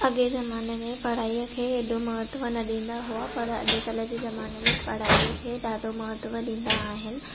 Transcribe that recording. अॻिएं ज़माने में पढ़ाईअ खे एॾो महत्व न ॾींदा हुआ पर अॼुकल्ह जे ज़माने में पढ़ाईअ खे ॾाढो महत्व ॾींदा आहिनि